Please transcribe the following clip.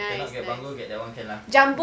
cannot get bungalow get that one can lah